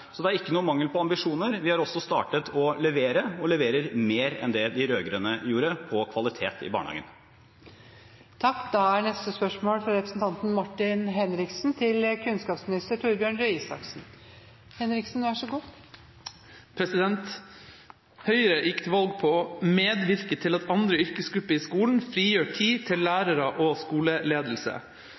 Så det er ikke noen mangel på ambisjoner – vi har også startet med å levere og leverer mer enn det de rød-grønne gjorde når det gjelder kvalitet i barnehagen. «Høyre gikk til valg på å «medvirke til at andre yrkesgrupper i skolen frigjør tid til lærere og skoleledelse». Under behandlinga av stortingsmeldinga På rett vei – kvalitet og mangfold i fellesskolen ba Høyre sammen med Fremskrittspartiet, Venstre og